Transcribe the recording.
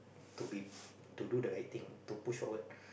to be to do the right thing to push forward